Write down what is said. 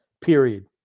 Period